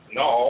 no